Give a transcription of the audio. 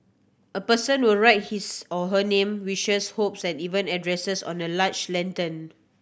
a person will write his or her name wishes hopes and even address on a large lantern